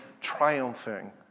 triumphing